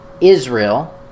Israel